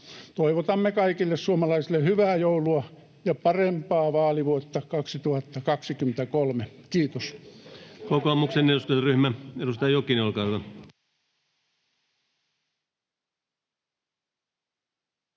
Toivotamme kaikille suomalaisille hyvää joulua ja parempaa vaalivuotta 2023. — Kiitos. Kokoomuksen eduskuntaryhmä, edustaja Jokinen, olkaa hyvä.